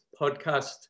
podcast